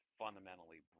fundamentally